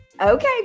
Okay